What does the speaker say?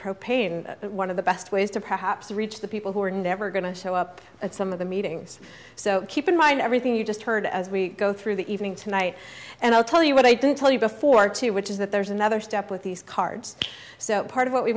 propane one of the best ways to perhaps reach the people who are never going to show up at some of the meetings so keep in mind everything you just heard as we go through the evening tonight and i'll tell you what i didn't tell you before too which is that there's another step with these cards so part of what we